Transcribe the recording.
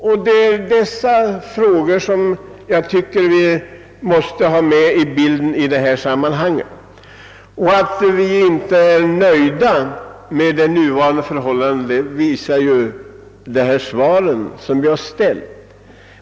Jag tycker att vi måste ha med dessa frågor i bilden i detta sammanhang. Att vi inte är nöjda med de nuvarande förhållandena framgår ju av svaret på de interpellationer som vi har framställt.